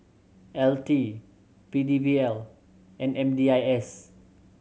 L T P D L and M D I S